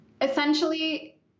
Essentially